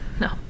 no